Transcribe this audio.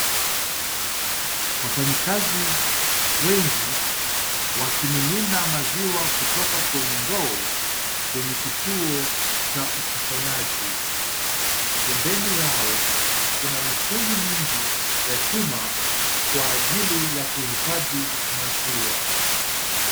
Wafanyi kazi, wengi wakimimina maziwa kutoka kwenye ndoo, kwenye kituo cha ukusanyaji, pembeni yao, kuna mitungi mingi ya chuma, kwa ajili ya kuhifadhi maziwa.